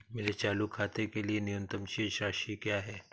मेरे चालू खाते के लिए न्यूनतम शेष राशि क्या है?